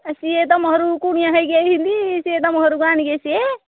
CA ତମ ଘରକୁ କୁଣିଆ ହେଇକି ଆଇଛନ୍ତି ସିଏ ତମ ଘରକୁ ଆଣିକି ଆସିବେ